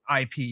IP